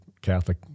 Catholic